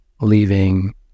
leaving